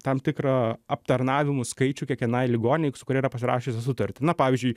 tam tikrą aptarnavimų skaičių kiekvienai ligoninei kuri yra pasirašiusi sutartį na pavyzdžiui